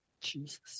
Jesus